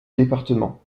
département